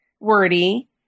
wordy